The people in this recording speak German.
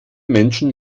menschen